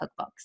cookbooks